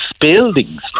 buildings